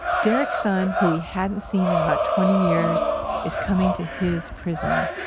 derrick's son, who he hadn't seen in about twenty years is coming to his prison.